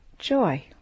joy